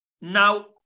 Now